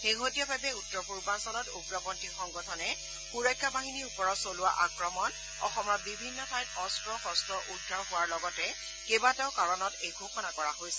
শেহতীয়াভাৱে উত্তৰ পূৰ্বাঞ্চলত উগ্ৰপন্থী সংগঠনে সুৰক্ষা বাহিনীৰ ওপৰত চলোৱা আক্ৰমণ অসমৰ বিভিন্ন ঠাইত অস্ত্ৰ শস্ত্ৰ উদ্ধাৰ হোৱাৰ লগতে কেবাটাও কাৰণত এই ঘোষণা কৰা হৈছে